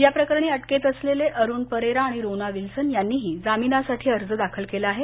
याप्रकरणी अटकेत असलेले अरुण परेरा आणि रोना विल्सन यांनीही जामिनासाठी अर्ज दाखल केला आहे